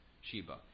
Sheba